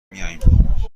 میایم